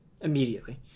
immediately